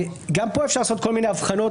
גם פה אפשר לעשות כל מיני הבחנות,